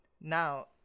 now